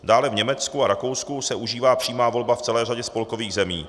Dále v Německu a Rakousku se užívá přímá volba v celé řadě spolkových zemí.